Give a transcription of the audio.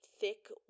thick